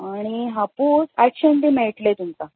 आनी हापूस आठशांक बी मेळट्ले तुमकां